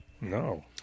No